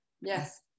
Yes